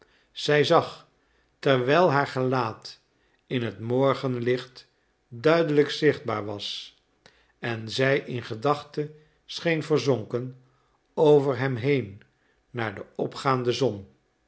zij zag terwijl haar gelaat in het morgenlicht duidelijk zichtbaar was en zij in gedachten scheen verzonken over hem heen naar de opgaande zon